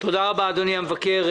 תודה רבה אדוני המבקר.